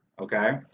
okay